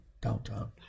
Downtown